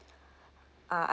uh